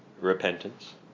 repentance